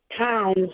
towns